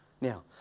Now